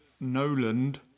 Noland